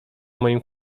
moim